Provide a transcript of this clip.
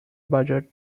budget